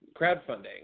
crowdfunding